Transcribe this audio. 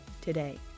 today